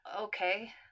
okay